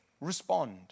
respond